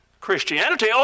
Christianity